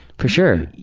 for sure.